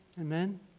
Amen